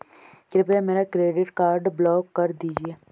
कृपया मेरा credit card block कर दीजिए